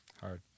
Hard